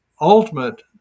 ultimate